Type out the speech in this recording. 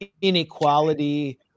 inequality